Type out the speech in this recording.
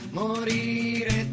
morire